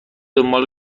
دنبال